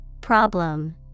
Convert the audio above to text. Problem